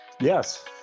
Yes